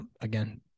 Again